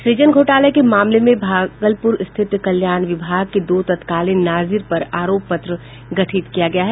सृजन घोटाले के मामले में भागलपुर स्थित कल्याण विभाग के दो तत्कालीन नाजिर पर आरोप पत्र गठित किया गया है